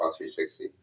360